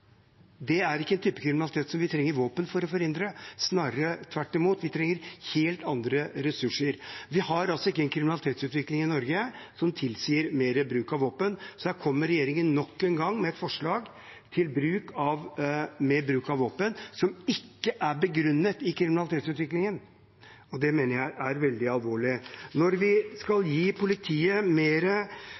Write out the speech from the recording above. er ikke en type kriminalitet som vi trenger våpen for å forhindre – snarere tvert imot, vi trenger helt andre ressurser. Vi har altså ikke en kriminalitetsutvikling i Norge som tilsier mer bruk av våpen. Så her kommer regjeringen nok en gang med et forslag til mer bruk av våpen som ikke er begrunnet i kriminalitetsutviklingen. Det mener jeg er veldig alvorlig. Når vi skal gi politiet